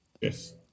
Yes